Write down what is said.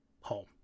home